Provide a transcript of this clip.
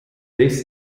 des